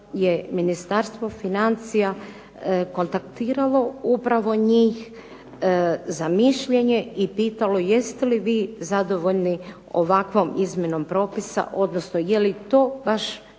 Ministarstvo financija kontaktiralo upravo njih za mišljenje i pitalo jeste li vi zadovoljni ovakvom izmjenom propisa, odnosno je li baš